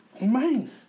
Man